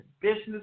business